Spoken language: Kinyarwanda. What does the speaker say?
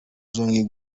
zongeye